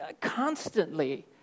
constantly